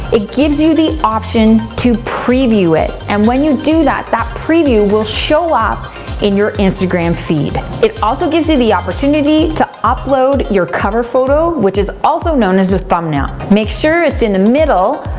it gives you the option to preview it and when you do that, that preview will show up in your instagram feed. it also gives you the opportunity to upload your cover photo, which is also known as a thumbnail. make sure it's in the middle,